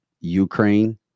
Ukraine